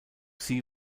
sie